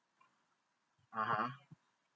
(uh huh)